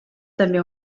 també